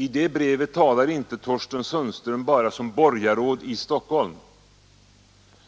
I det brevet talar inte Thorsten Sundström bara som borgarråd i Stockholm,